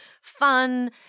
fun